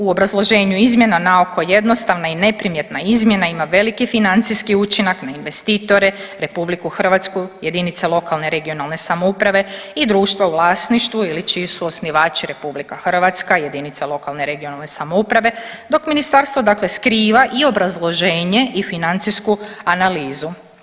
U obrazloženju izmjena naoko jednostavna i neprimjetna izmjena ima veliki financijski učinak na investitore, RH, jedinice lokalne i regionalne samouprave i društva u vlasništvu ili čiji su osnivači RH, jedinice lokalne i regionalne samouprave dok ministarstvo dakle skriva i obrazloženje i financijsku analizu.